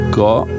got